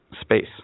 space